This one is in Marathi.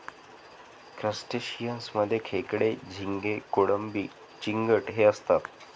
क्रस्टेशियंस मध्ये खेकडे, झिंगे, कोळंबी, चिंगट हे असतात